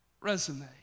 resume